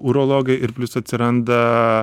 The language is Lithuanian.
urologai ir plius atsiranda